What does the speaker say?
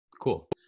Cool